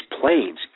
planes